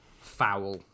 foul